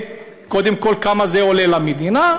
קודם כול, כמה זה עולה למדינה?